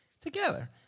together